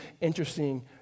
interesting